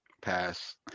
Pass